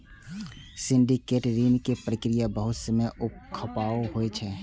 syndicate ऋण के प्रक्रिया बहुत समय खपाऊ होइ छै